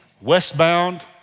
westbound